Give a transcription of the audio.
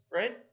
right